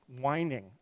whining